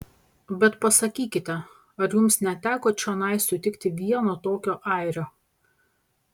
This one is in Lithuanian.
bet pasakykite ar jums neteko čionai sutikti vieno tokio airio